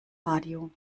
radio